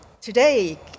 today